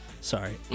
sorry